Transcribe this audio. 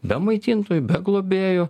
be maitintojų be globėjų